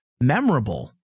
memorable